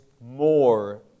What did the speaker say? more